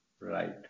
Right